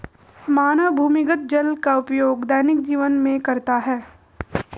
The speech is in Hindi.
मानव भूमिगत जल का उपयोग दैनिक जीवन में करता है